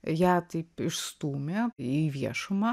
ją taip išstūmė į viešumą